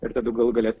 ir tada galų gale